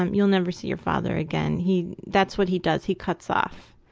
um you'll never see your father again, he, that's what he does, he cuts off.